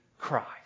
Christ